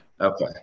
Okay